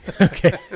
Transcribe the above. Okay